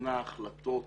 נתנה החלטות